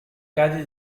calle